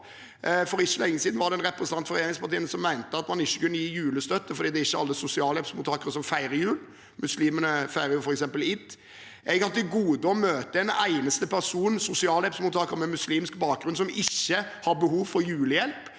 For ikke lenge siden var det en representant fra et av regjeringspartiene som mente at man ikke kunne gi julestøtte fordi det ikke er alle sosialhjelpsmottakere som feirer jul, muslimene feirer f.eks. id. Jeg har til gode å møte en eneste sosialhjelpsmottaker som ikke har behov for julehjelp